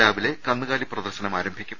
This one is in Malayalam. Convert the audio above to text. രാവിലെ കന്നുകാലി പ്രദർശനം ആരംഭിക്കും